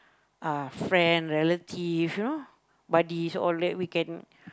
uh friend relative you know buddies all that we can